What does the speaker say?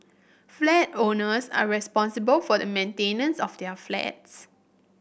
flat owners are responsible for the maintenance of their flats